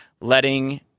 letting